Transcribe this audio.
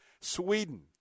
Sweden